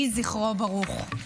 יהי זכרו ברוך.